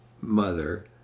mother